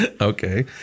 Okay